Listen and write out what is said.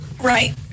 right